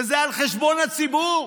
וזה על חשבון הציבור,